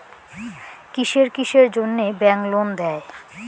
কিসের কিসের জন্যে ব্যাংক লোন দেয়?